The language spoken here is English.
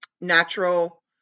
natural